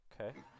Okay